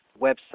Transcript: website